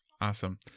Awesome